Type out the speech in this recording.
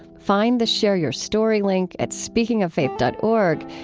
find the share your story link at speakingoffaith dot org.